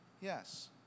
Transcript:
Yes